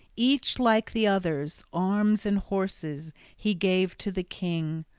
each like the others, arms and horses he gave to the king.